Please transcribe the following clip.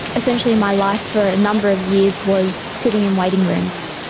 essentially my life for a number of years was sitting in waiting rooms,